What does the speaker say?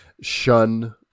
shun